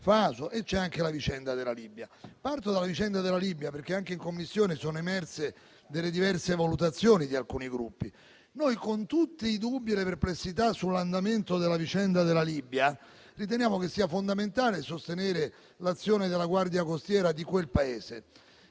e anche la vicenda della Libia. Parto dalla vicenda della Libia perché anche in Commissione sono emerse le diverse valutazioni di alcuni Gruppi. Noi, con tutti i dubbi e le perplessità sull'andamento della vicenda libica, riteniamo che sia fondamentale sostenere l'azione della Guardia costiera di quel Paese.